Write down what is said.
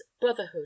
brotherhood